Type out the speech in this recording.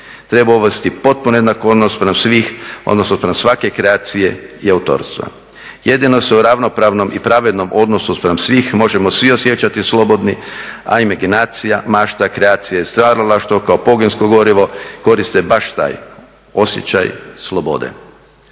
Treba uvesti potpuno jednak odnos spram svih odnosno spram svake kreacije i autorstva. Jedino se u ravnopravnom i pravednom odnosu spram svih možemo svi osjećati slobodni, a imaginacija, mašta, kreacija i stvaralaštvo kao pogonsko gorivo koriste baš taj osjećaj slobode.